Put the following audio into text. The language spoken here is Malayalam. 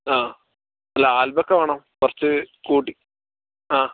ആ അല്ല ആൽബം ഒക്കെ വേണം കുറച്ച് കൂട്ടി ആ